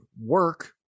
Work